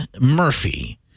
Murphy